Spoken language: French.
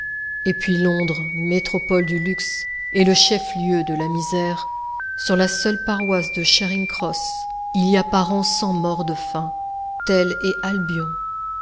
et puis londres métropole du luxe est le chef-lieu de la misère sur la seule paroisse de charing cross il y a par an cent morts de faim telle est albion